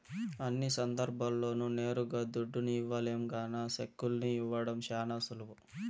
అన్ని సందర్భాల్ల్లోనూ నేరుగా దుడ్డుని ఇవ్వలేం గాన సెక్కుల్ని ఇవ్వడం శానా సులువు